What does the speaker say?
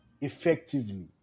effectively